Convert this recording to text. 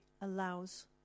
allows